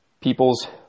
people's